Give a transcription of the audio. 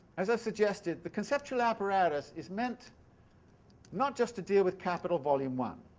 as i suggested, the conceptual apparatus is meant not just to deal with capital volume one.